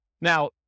now